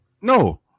no